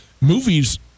Movies